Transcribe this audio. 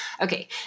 okay